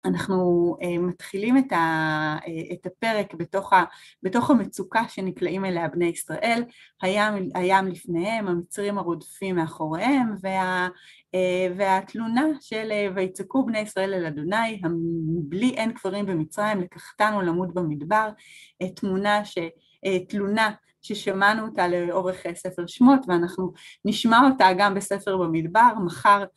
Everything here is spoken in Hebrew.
אנחנו מתחילים את הפרק בתוך המצוקה שנקלעים אליה בני ישראל, הים לפניהם, המצרים הרודפים מאחוריהם, והתלונה של ויצעקו בני ישראל אל אדוני, המבלי אין קברים במצרים לקחתנו למות במדבר, תלונה ששמענו אותה לאורך ספר שמות ואנחנו נשמע אותה גם בספר במדבר מחר.